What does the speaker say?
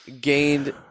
gained